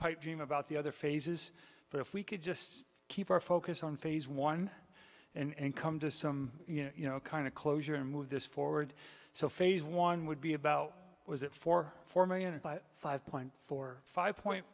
pipe dream about the other phases but if we could just keep our focus on phase one and come to some you know kind of closure and move this forward so phase one would be about was it for four million or five point four five point